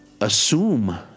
assume